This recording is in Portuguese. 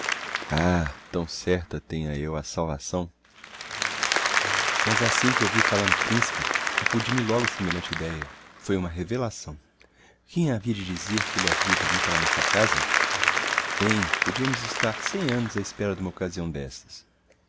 ah tão certa tenha eu a salvação mas assim que ouvi falar no principe accudiu me logo semelhante ideia foi uma revelação quem havia de dizer que elle havia de vir parar a nossa casa bem podiamos estar cem annos á espera d'uma occasião d'estas